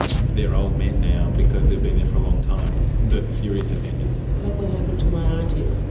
they're old men now, because they've been there for a long time, that's serious offenders. look what happened to my aunty.